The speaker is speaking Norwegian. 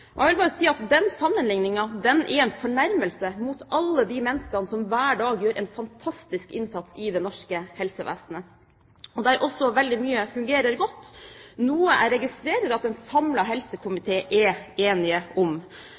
Sovjetunionen. Jeg vil bare si at den sammenligningen er en fornærmelse mot alle de menneskene som hver dag gjør en fantastisk innsats i det norske helsevesenet, der veldig mye fungerer godt, noe jeg registrerer at en samlet helsekomité er enig om.